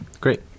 great